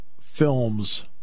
films